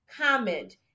comment